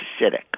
acidic